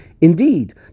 Indeed